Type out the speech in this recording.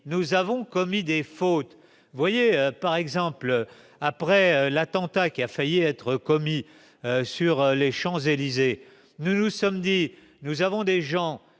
nous avons commis des fautes, voyez, par exemple, après l'attentat qui a failli être commis sur les Champs-Élysées, nous nous sommes dits : nous avons des gens